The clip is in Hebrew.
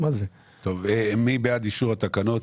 מי בעד אישור התקנות?